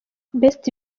best